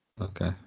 okay